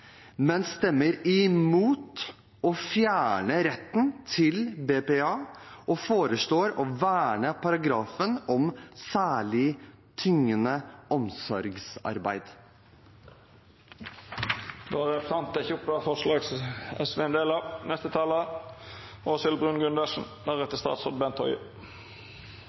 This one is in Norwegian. men stemmer imot å fjerne retten til BPA og foreslår å verne paragrafen om særlig tyngende omsorgsarbeid. Representanten Nicholas Wilkinson har teke opp